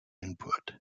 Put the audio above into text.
input